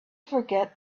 forget